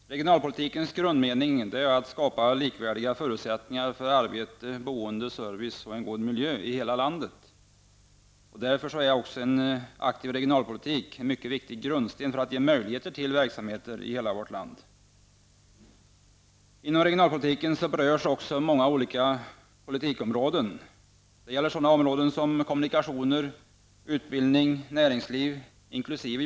Herr talman! Regionalpolitikens grundmening är att skapa likvärdiga förutsättningar för arbete, boende, service och en god miljö i hela landet. Därför är en aktiv regionalpolitik en mycket viktig grundsten för att ge möjligheter till verksamheter i hela vårt land. Inom regionalpolitiken berörs också många olika politikområden. Det gäller sådana områden som kommunikation, utbildning, näringsliv inkl.